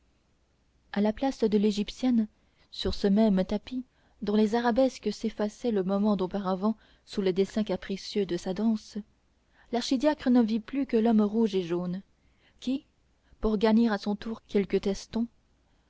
à la place de l'égyptienne sur ce même tapis dont les arabesques s'effaçaient le moment d'auparavant sous le dessin capricieux de sa danse l'archidiacre ne vit plus que l'homme rouge et jaune qui pour gagner à son tour quelques testons